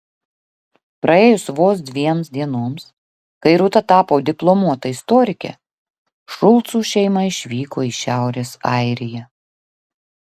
praėjus vos dviems dienoms kai rūta tapo diplomuota istorike šulcų šeima išvyko į šiaurės airiją